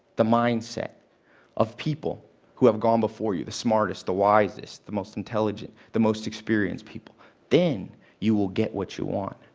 the mindset of people who have gone before you the smartest, the wisest, the most intelligent, the most experienced people then you will get what you want.